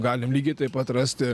galime lygiai taip pat rasti